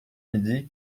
midi